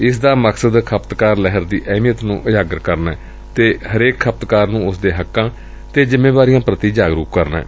ਇਸ ਦਾ ਮਕਸਦ ਖਪਤਕਾਰ ਲਹਿਰ ਦੀ ਅਹਿਮੀਅਤ ਨੰ ਉਜਾਗਰ ਕਰਨਾ ਅਤੇ ਹਰੇਕ ਖਪਤਕਾਰ ਨੂੰ ਉਸ ਦੇ ਹੱਕਾਂ ਅਤੇ ਜਿੰਮੇਵਾਰੀਆਂ ਪ੍ਰਤੀ ਜਾਗਰੁਕ ਕਰਨਾ ਏ